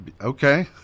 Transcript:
Okay